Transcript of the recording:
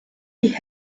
die